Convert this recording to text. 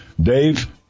Dave